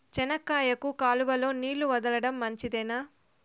చెనక్కాయకు కాలువలో నీళ్లు వదలడం మంచిదేనా?